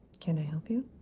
can i help you?